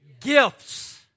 gifts